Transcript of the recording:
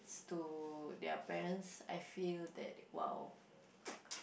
~s to their parents I feel that !wow!